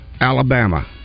Alabama